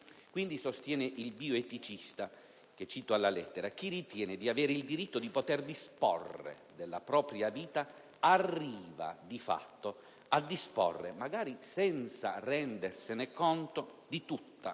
Quindi, sostiene il bioeticista - che cito alla lettera - «chi ritiene di avere il diritto di poter disporre della propria vita arriva di fatto a disporre - magari senza rendersene conto - di tutta